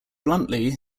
bluntly